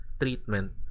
treatment